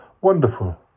Wonderful